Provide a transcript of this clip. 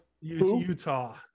Utah